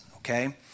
Okay